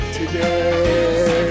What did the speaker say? today